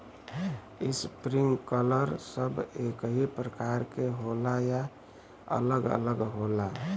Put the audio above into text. Sprinkler सब एकही प्रकार के होला या अलग अलग होला?